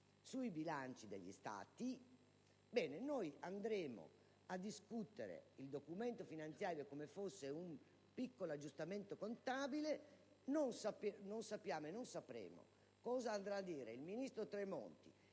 dei bilanci degli Stati. Ebbene, noi andremo a discutere il documento finanziario come fosse un piccolo aggiustamento contabile, senza sapere cosa dirà il ministro Tremonti